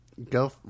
Go